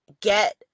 get